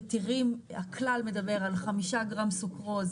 הכלל מדבר על חמישה גרם סוכרוז